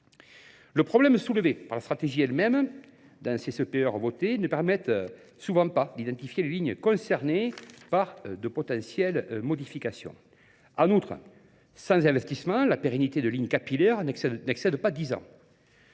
Le problème soulevé par la stratégie elle-même d'un CPEE voté ne permet souvent pas d'identifier les lignes concernées par de potentielles modifications. En outre, sans investissement, la pérennité de ligne capillaire n'excède pas 10 ans.